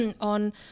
on